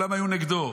כולם היו נגדו,